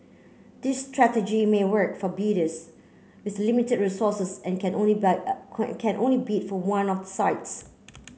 this strategy may work for bidders with limited resources and can only bide can only bid for one of sites